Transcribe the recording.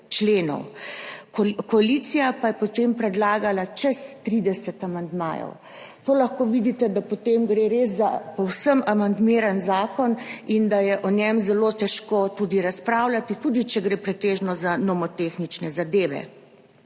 koalicija pa je potem predlagala čez 30 amandmajev. Po tem lahko vidite, da gre res za povsem amandmiran zakon in da je o njem zelo težko razpravljati, tudi če gre za pretežno nomotehnične zadeve.